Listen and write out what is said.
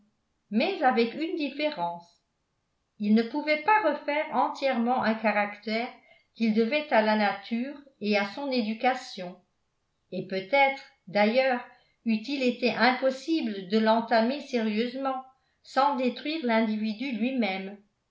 mais avec une différence il ne pouvait pas refaire entièrement un caractère qu'il devait à la nature et à son éducation et peut-être d'ailleurs eût-il été impossible de l'entamer sérieusement sans détruire l'individu lui-même